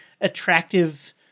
attractive